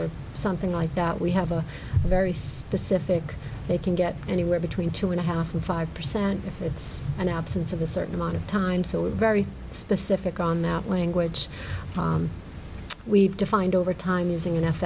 or something like that we have a very specific they can get anywhere between two and a half or five percent if it's an absence of a certain amount of time so we're very specific on that language we've defined overtime using n f